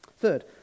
Third